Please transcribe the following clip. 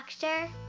Doctor